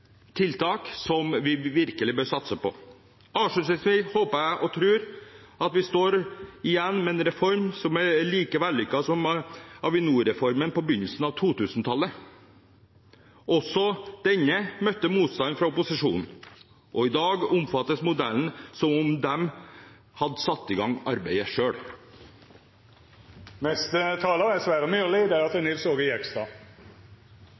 tiltak som vi virkelig bør satse på. Avslutningsvis håper jeg – og tror – at vi står igjen med en reform som er like vellykket som Avinor-reformen på begynnelsen av 2000-tallet. Også denne møtte motstand fra opposisjonen, og i dag omfavnes modellen som om de hadde satt i gang arbeidet selv. Jeg skal gi saksordføreren rett i én ting, i alle fall, og det er